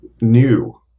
new